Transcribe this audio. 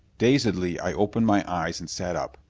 dazedly i opened my eyes and sat up.